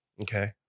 okay